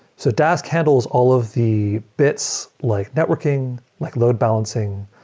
so dask handles all of the bits like networking, like load-balancing,